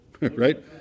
right